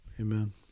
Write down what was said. Amen